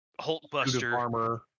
Hulkbuster